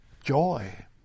joy